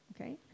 okay